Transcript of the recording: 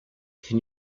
can